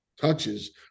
touches